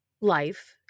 life